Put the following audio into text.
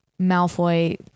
Malfoy